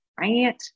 right